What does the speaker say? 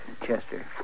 Chester